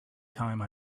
time